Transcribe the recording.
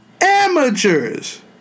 Amateurs